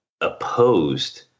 opposed